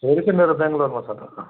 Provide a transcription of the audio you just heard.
छोरी त मेरो ब्याङ्लोरमा छ त